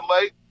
late